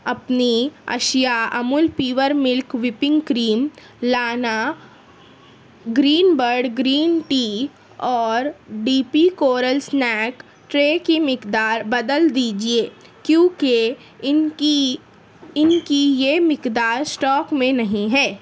اپنی اشیاء Amul pure milk whipping cream لانا گرین برڈ گرین ٹی اور D P coral snack tray کی مقدار بدل دیجیے کیونکہ ان کی ان کی یہ مقدار اسٹاک میں نہیں ہے